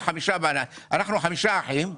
אנחנו חמישה אחים.